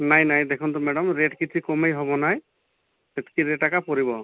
ନାଇଁ ନାଇଁ ଦେଖନ୍ତୁ ମ୍ୟାଡ଼ାମ ରେଟ୍ କିଛି କମେଇ ହେବନାହିଁ ସେତିକି ରେଟ୍ ଏକା ପଡିବ